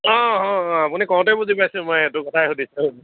অঁ অঁ অঁ আপুনি কওঁতে বুজি পাইছো মই সেইটো কথায়ে সুধিছে